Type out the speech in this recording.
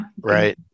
Right